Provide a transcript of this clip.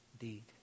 Indeed